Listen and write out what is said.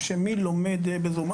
מי לומד בזום.